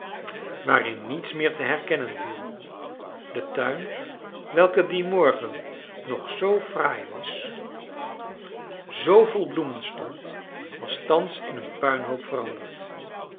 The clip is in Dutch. waarin niets meer te herkennen viel de tuin welke dien morgen nog zoo fraai was zoo vol bloemen stond was thans in een puinhoop veranderd